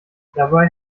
dabei